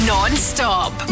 Non-stop